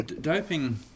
doping